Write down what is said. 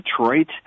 Detroit